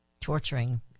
torturing